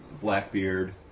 Blackbeard